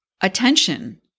attention